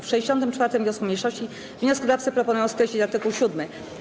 W 64. wniosku mniejszości wnioskodawcy proponują skreślić art. 7.